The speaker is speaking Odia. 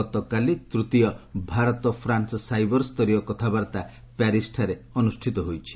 ଗତକାଲି ତୃତୀୟ ଭାରତ ଫ୍ରାନ୍ସ ସାଇବର ସ୍ତରୀୟ କଥାବାର୍ତ୍ତା ପ୍ୟାରିସ୍ଠାରେ ଅନୁଷ୍ଠିତ ହୋଇଛି